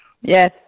Yes